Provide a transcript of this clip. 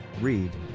Read